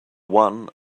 one